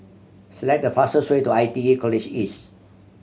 select the fastest way to I T E College East